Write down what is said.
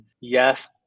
yes